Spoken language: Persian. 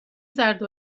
زرد